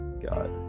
God